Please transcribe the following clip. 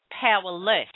powerless